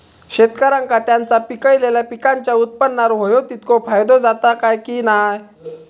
शेतकऱ्यांका त्यांचा पिकयलेल्या पीकांच्या उत्पन्नार होयो तितको फायदो जाता काय की नाय?